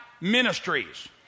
ministries